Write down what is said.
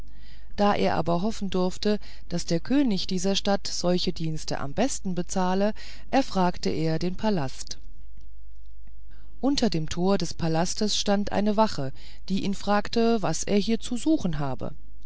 da er aber hoffen durfte daß der könig dieser stadt solche dienste am besten bezahle so erfragte er den palast unter dem tor des palastes stand eine wache die ihn fragte was er hier zu suchen habe